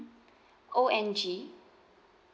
O N G